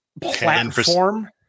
platform